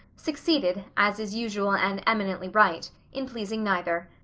succeeded, as is usual and eminently right, in pleasing neither.